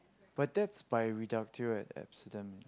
but that's by reductio ad absurdum